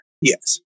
Yes